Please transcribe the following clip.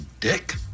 Dick